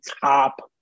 top